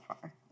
far